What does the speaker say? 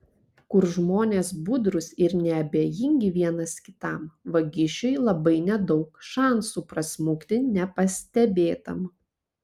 kur žmonės budrūs ir neabejingi vienas kitam vagišiui labai nedaug šansų prasmukti nepastebėtam